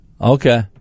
Okay